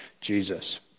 Jesus